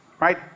Right